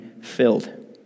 filled